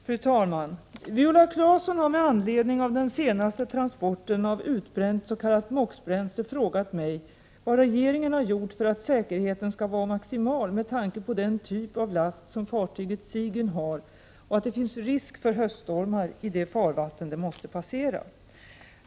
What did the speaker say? Fru talman! Viola Claesson har med anledning av den senaste transporten av utbränt s.k. MOX-bränsle frågat mig vad regeringen har gjort för att säkerheten skall vara maximal med tanke på den typ av last som fartyget Sigyn har och att det finns risk för höststormar i de farvatten det måste passera.